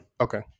Okay